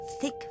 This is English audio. thick